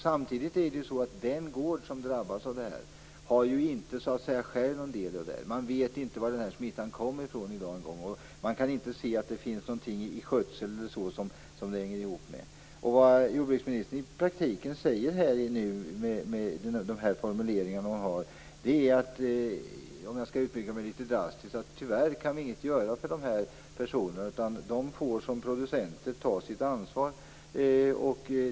Samtidigt är det så att den gård som har drabbats av det här inte själv har någon del i detta. Man vet inte ens varifrån smittan kommer, och man kan inte se att det hänger ihop med någonting i skötseln eller någonting annat. Vad jordbruksministern i praktiken säger med de här formuleringarna är, om jag skall uttrycka mig drastiskt, att man tyvärr inte kan göra någonting för de här personerna utan att de som producenter får ta sitt ansvar.